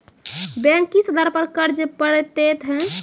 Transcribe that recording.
Bank किस आधार पर कर्ज पड़तैत हैं?